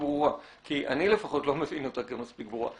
ברורה כי אני לפחות לא מבין אותה כמספיק ברורה.